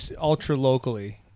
ultra-locally